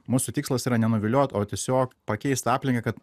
mūsų tikslas yra ne nuvilioti o tiesiog pakeist aplinką kad